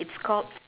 it's called